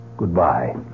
goodbye